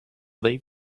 they